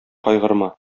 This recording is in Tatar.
кайгырма